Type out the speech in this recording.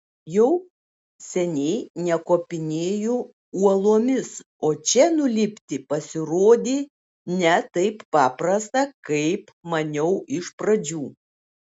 jau seniai nekopinėju uolomis o čia nulipti pasirodė ne taip paprasta kaip maniau iš pradžių